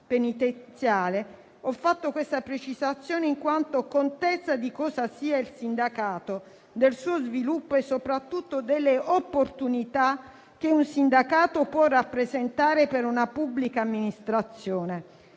penitenziale, ho fatto questa precisazione in quanto ho contezza di cosa sia il sindacato, del suo sviluppo e, soprattutto, delle opportunità che può rappresentare per una pubblica amministrazione.